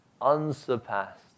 unsurpassed